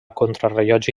contrarellotge